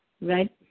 right